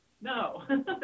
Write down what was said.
no